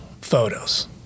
photos